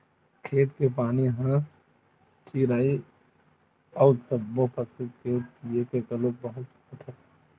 खेत के पानी ह चिरई अउ सब्बो पसु के पीए के घलोक बूता आथे